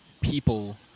people